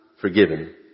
forgiven